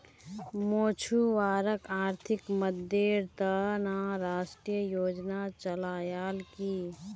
मछुवारॉक आर्थिक मददेर त न राष्ट्रीय योजना चलैयाल की